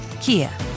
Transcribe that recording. Kia